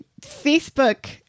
Facebook